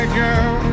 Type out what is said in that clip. girl